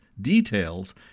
details